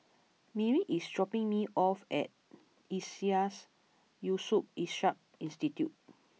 Merritt is dropping me off at Iseas Yusof Ishak Institute